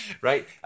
Right